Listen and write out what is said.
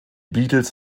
beatles